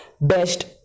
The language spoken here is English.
best